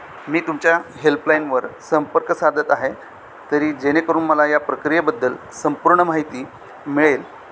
मी तुमच्या हेल्पलाईनवर संपर्क साधत आहे तरी जेणेकरून मला या प्रक्रियेबद्दल संपूर्ण माहिती मिळेल